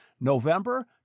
November